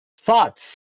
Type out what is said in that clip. Thoughts